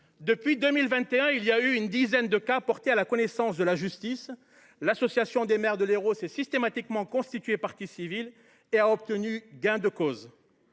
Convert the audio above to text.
Depuis 2021, une dizaine de cas ont été portés à la connaissance de la justice. L’Association des maires de l’Hérault s’est systématiquement constituée partie civile et a obtenu gain de cause.